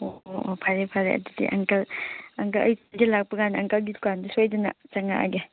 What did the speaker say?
ꯑꯣ ꯑꯣ ꯑꯣ ꯐꯔꯦ ꯐꯔꯦ ꯑꯗꯨꯗꯤ ꯑꯪꯀꯜ ꯑꯪꯀꯜ ꯑꯩ ꯑꯗꯨꯗꯤ ꯂꯥꯛꯄ ꯀꯥꯟꯗ ꯑꯪꯀꯜꯒꯤ ꯗꯨꯀꯥꯟꯗ ꯁꯣꯏꯗꯅ ꯆꯪꯉꯛꯂꯒꯦ